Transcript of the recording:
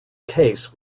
case